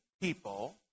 people